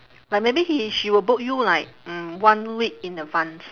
like maybe he she will book you like mm one week in advance